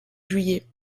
juillet